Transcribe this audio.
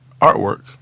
artwork